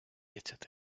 échate